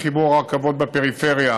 מחיבור הרכבות בפריפריה